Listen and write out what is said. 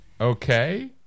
Okay